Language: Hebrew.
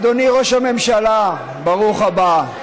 אדוני ראש הממשלה, ברוך הבא.